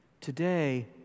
Today